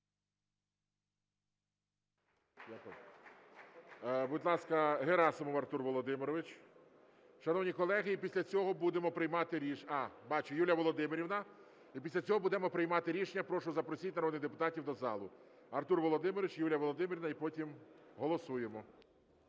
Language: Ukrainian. Будь ласка, Герасимов Артур Володимирович. Шановні колеги, і після цього будемо приймати рішення… А, бачу, Юлія Володимирівна. І після цього будемо приймати рішення. Прошу, запросіть народних депутатів до зали. Артур Володимирович, Юлія Володимирівна, і потім голосуємо.